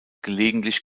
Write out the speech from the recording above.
gelegentlich